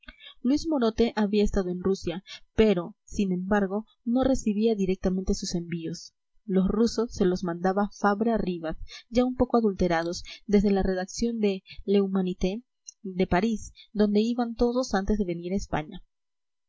luis morote había estado en rusia pero sin embargo no recibía directamente sus envíos los rusos se los mandaba fabra ribas ya un poco adulterados desde la redacción de l'humanité de parís adonde iban todos antes de venir a españa